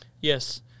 Yes